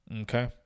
Okay